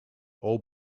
all